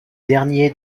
dernier